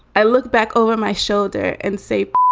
i look back over my shoulder and say